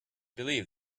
believe